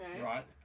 Right